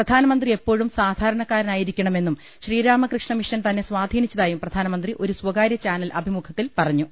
പ്രധാനമന്ത്രി എപ്പോഴും സാധാരണക്കാരനാ യിരിക്കണമെന്നും ശ്രീരാമകൃഷ്ണ മിഷൻ തന്നെ സ്വാധീനിച്ച തായും പ്രധാനമന്ത്രി ഒരു സ്ഥകാര്യ ചാനൽ അഭിമുഖത്തിൽ പറഞ്ഞു